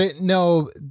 no